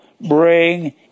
bring